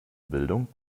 bildung